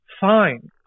fine